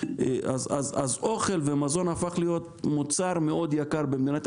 אז אוכל ומזון הפך להיות מוצר מאוד יקר במדינה,